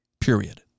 period